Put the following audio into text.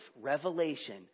revelation